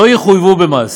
לא יחויבו במס.